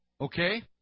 okay